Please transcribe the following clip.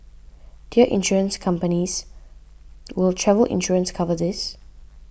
dear Insurance companies will travel insurance cover this